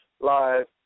Live